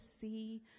see